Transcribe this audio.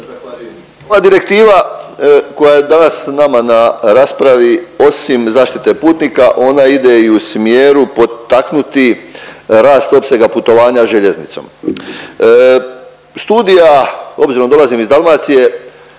direktiva koja je danas nama na raspravi osim zaštite putnika ona ide i u smjeru potaknuti rast opsega putovanja željeznicom. Studija obzirom dolazim iz Dalmacije